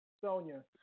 Sonia